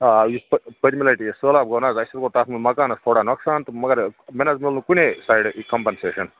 آ یُس پہ پٔتۍمہِ لٹہِ سہلاب گوٚو نہٕ حظ اسہِ ووت تَتھ منٛز مکانس تھوڑا نۄقصان تہٕ مگر مےٚ نہٕ حظ میوٗل نہٕ کُنے سایڈَس یہِ کمپنسیشن